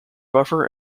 buffer